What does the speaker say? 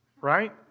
right